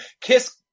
kiss